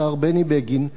השר בני בגין,